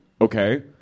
okay